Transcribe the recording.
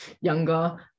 younger